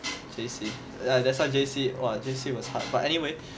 J_C yeah that's why J_C was hard but anyway